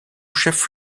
chef